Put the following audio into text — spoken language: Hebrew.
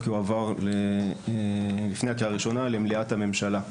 יועבר לפני הקריאה הראשונה למליאת הממשלה.